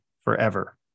forever